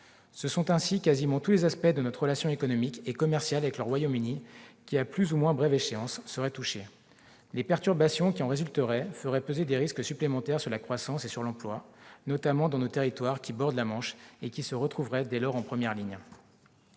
Ce sont ainsi quasiment tous les aspects de notre relation économique et commerciale avec le Royaume-Uni qui, à plus ou moins brève échéance, seraient affectés. Les perturbations qui en résulteraient feraient peser des risques supplémentaires sur la croissance et l'emploi, notamment dans nos territoires qui bordent la Manche, qui se retrouveraient dès lors en première ligne.